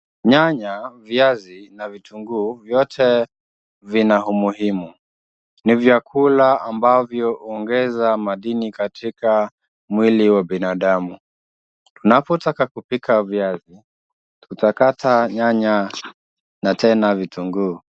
Nyanya, viazi na vitunguu, vyote vina umuhimu, ni vyakula ambavyo huongeza madini katika mwili wa binadamu. Tunapotaka kupika viazi, tutakata nyanya na tena vitunguu.